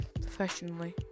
professionally